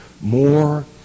more